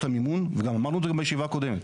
המימון וגם אמרנו את זה בישיבה הקודמת,